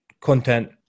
content